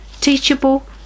teachable